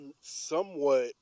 somewhat